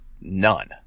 None